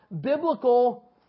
biblical